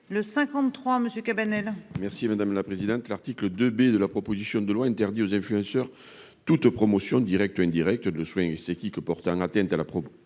monsieur Cabanel. Merci madame la présidente. L'article 2 B de la proposition de loi interdit aux influenceurs toute promotion directe ou indirecte de le soin, c'est qui que portant atteinte à la protection